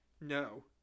No